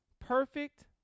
perfect